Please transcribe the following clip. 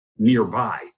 nearby